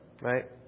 right